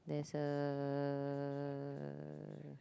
there's a